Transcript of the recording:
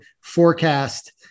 forecast